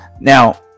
Now